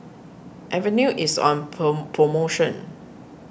Avenue is on poh promotion